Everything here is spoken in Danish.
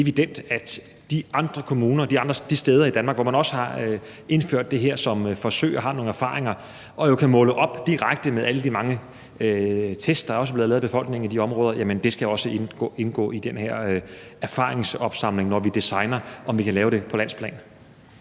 det er helt evident, at de steder i Danmark, hvor man også har indført det her som forsøg og har nogle erfaringer og jo kan måle det op direkte med alle de mange test, der også er blevet lavet af befolkningen i de områder, skal det også indgå i den her erfaringsopsamling, når vi designer det, i forhold til om vi kan lave det på landsplan.